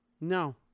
no